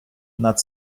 над